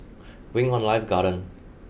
Wing On Life Garden